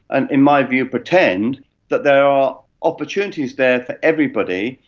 and in my view, pretend that there are opportunities there for everybody,